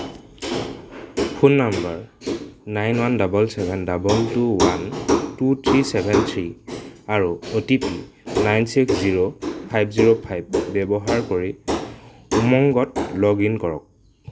phone number nine one double seven double two one two three seven three আৰু O T P nine six zero five zero five ব্যৱহাৰ কৰি উমংগত log in কৰক